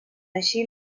així